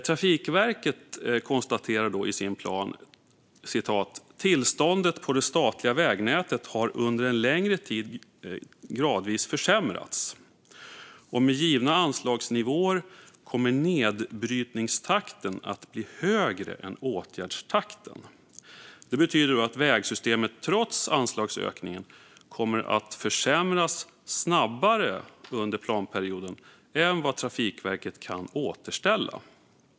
Trafikverket konstaterar följande i sin plan: "Tillståndet på det statliga vägnätet har under en längre tid gradvis försämrats, och med givna anslagsnivåer kommer nedbrytningstakten att bli högre än åtgärdstakten. Det betyder att vägsystemet, trots anslagsökningen, kommer att försämras snabbare under planperioden än vad Trafikverket kan återställa."